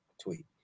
tweet